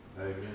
Amen